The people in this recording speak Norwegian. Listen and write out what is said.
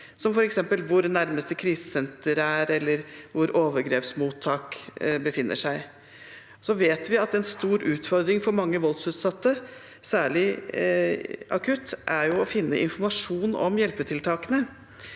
som f.eks. hvor nærmeste krisesenter er, eller hvor overgrepsmottak befinner seg. Vi vet at en stor utfordring for mange voldsutsatte, særlig akutt, er å finne informasjon om hjelpetiltakene.